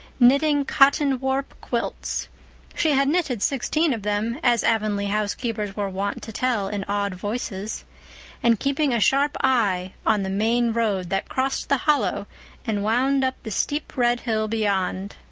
knitting cotton warp quilts she had knitted sixteen of them, as avonlea housekeepers were wont to tell in awed voices and keeping a sharp eye on the main road that crossed the hollow and wound up the steep red hill beyond.